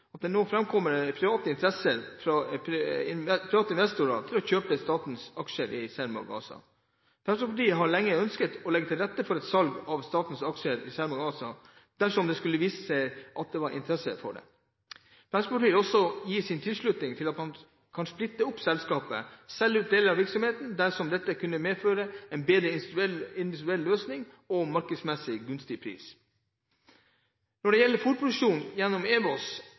at det nå framkommer interesse fra private investorer til å kjøpe statens aksjer i Cermaq ASA. Fremskrittspartiet har lenge ønsket å legge til rette for et salg av statens aksjer i Cermaq ASA dersom det skulle vise seg at det var interesse for det. Fremskrittspartiet vil også gi sin tilslutning til at man kan splitte opp selskapet og selge ut deler av virksomheten, dersom dette vil kunne medføre en bedre industriell løsning og en markedsmessig gunstig pris. Når det gjelder fôrproduksjon gjennom